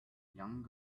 young